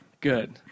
Good